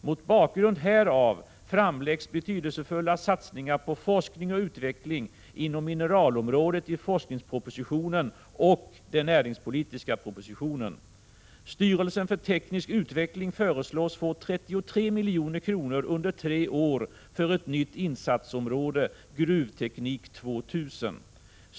Mot bakgrund härav framläggs betydelsefulla satsningar på forskning och utveckling inom mineralområdet i forskningspropositionen och den näringspolitiska propositionen. Styrelsen för teknisk utveckling föreslås få 33 milj.kr. under tre år för ett nytt insatsområde, Gruvteknik 2000.